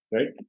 Right